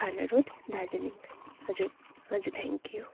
थाना रोड दार्जिलिङ हजुर हजुर थ्याङ्क्यु